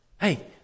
Hey